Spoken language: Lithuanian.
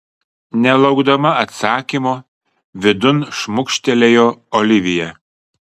nelaukdama atsakymo vidun šmukštelėjo olivija